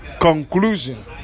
conclusion